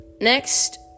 Next